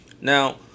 Now